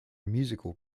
musical